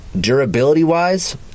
Durability-wise